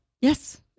yes